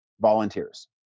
volunteers